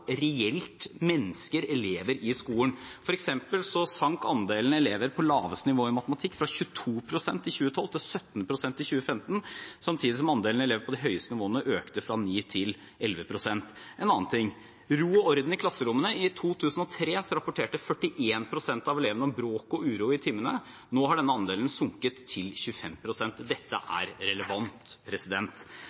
reelt – mennesker, elever, i skolen. For eksempel sank andelen elever på laveste nivå i matematikk fra 22 pst. i 2012 til 17 pst. i 2015, samtidig som andelen elever på de høyeste nivåene økte fra 9 pst. til 11 pst. En annen ting går på ro og orden i klasserommene: I 2003 rapporterte 41 pst. av elevene om bråk og uro i timene. Nå har denne andelen sunket til 25 pst. Dette er relevant.